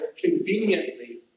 conveniently